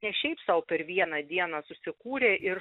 ne šiaip sau per vieną dieną susikūrė ir